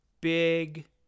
big